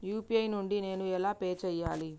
UPI నుండి నేను ఎలా పే చెయ్యాలి?